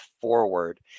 forward